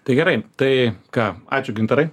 tai gerai tai ką ačiū gintarai